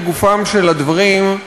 לגופם של הדברים,